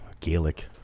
Gaelic